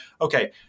okay